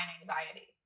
anxiety